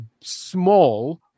small